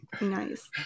Nice